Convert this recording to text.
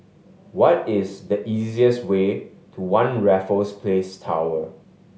what is the easiest way to One Raffles Place Tower